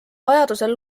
vajadusel